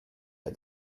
der